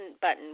button